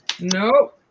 No